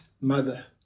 mother